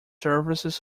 services